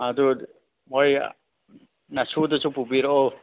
ꯑꯗꯣ ꯃꯣꯏ ꯅꯁꯨꯗꯨꯁꯨ ꯄꯨꯕꯤꯔꯛꯑꯣ